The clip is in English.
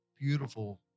beautiful